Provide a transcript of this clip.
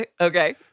Okay